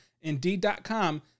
Indeed.com